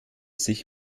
sich